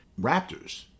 Raptors